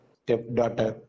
stepdaughter